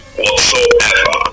whatsoever